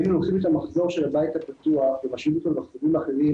והיינו לוקחים את המחזור של הבית הפתוח ומשווים אותו למחזורים אחרים,